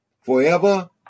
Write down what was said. forever